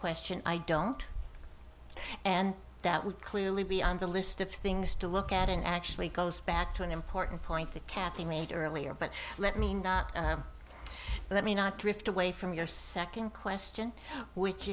question i don't know and that would clearly be on the list of things to look at in actually goes back to an important point the cap you made earlier but let me not let me not drift away from your second question which